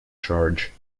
charge